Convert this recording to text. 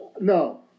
No